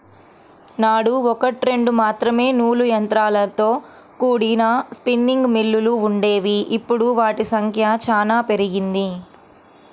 నాడు ఒకట్రెండు మాత్రమే నూలు యంత్రాలతో కూడిన స్పిన్నింగ్ మిల్లులు వుండేవి, ఇప్పుడు వాటి సంఖ్య చానా పెరిగింది